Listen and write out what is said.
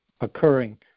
occurring